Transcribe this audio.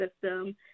system